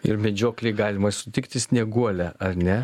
ir medžioklėj galima sutikti snieguolę ar ne